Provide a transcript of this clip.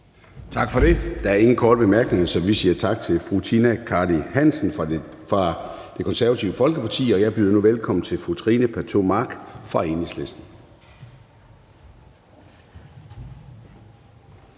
Tak for det. Der er ingen korte bemærkninger, så vi siger tak til fru Tina Cartey Hansen fra Det Konservative Folkeparti, og jeg byder nu velkommen til fru Trine Pertou Mach fra Enhedslisten.